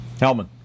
Hellman